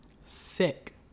Sick